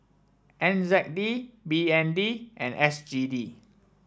N Z D B N D and S G D